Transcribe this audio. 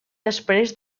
després